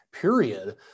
period